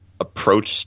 approach